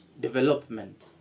development